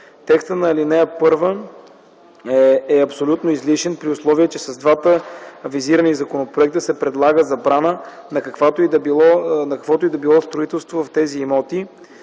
Текстът на ал. 1 е абсолютно излишен – при условие, че с двата визирани законопроекта се предлага забрана на каквото и да било строителство в тези имоти,